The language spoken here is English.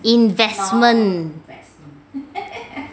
investment